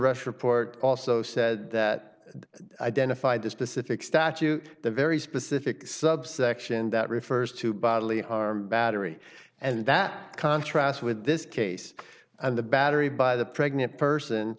arrest report also said that identified the specific statute the very specific subsection that refers to bodily harm battery and that contrasts with this case and the battery by the pregnant person